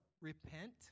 Repent